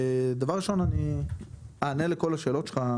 דבר ראשון אני אענה לכל השאלות שלך,